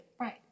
Right